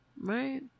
Right